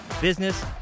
business